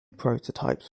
prototypes